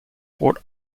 rôle